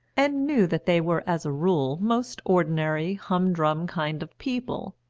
and knew that they were as a rule most ordinary, hum-drum kind of people,